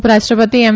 ઉપ રાષ્ટ્રપ્તિ એમ